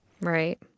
Right